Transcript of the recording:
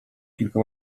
kilka